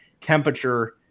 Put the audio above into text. temperature